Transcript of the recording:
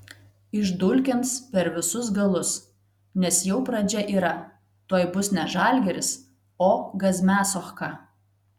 išdulkins per visus galus nes jau pradžia yra tuoj bus ne žalgiris o gazmiasochka